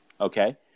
Okay